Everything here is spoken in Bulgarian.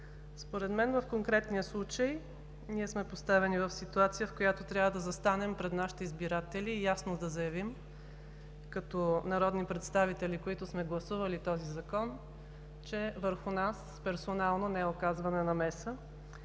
според мен ние сме поставени в ситуация, в която трябва да застанем пред нашите избиратели и ясно да заявим като народни представители, които сме гласували този закон, че върху нас персонално не е оказвана намеса